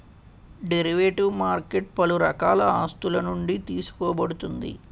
derivative market పలు రకాల ఆస్తులునుండి తీసుకోబడుతుంది